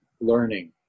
learning